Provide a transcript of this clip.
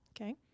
okay